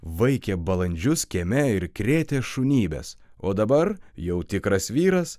vaikė balandžius kieme ir krėtė šunybes o dabar jau tikras vyras